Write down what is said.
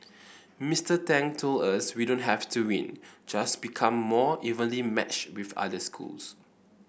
Mister Tang told us we don't have to win just become more evenly matched with other schools